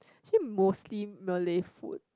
actually mostly Malay food